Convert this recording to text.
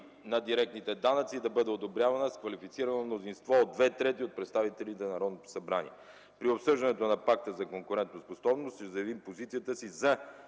на директните данъци да бъде одобрявана с квалифицирано мнозинство от две трети от представителите на Народното събрание. При обсъждането на Пакта за конкурентоспособност ще заявим позицията си за